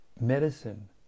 medicine